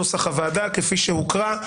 נוסח הוועדה כפי שהוקרא.